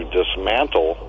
dismantle